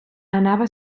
anava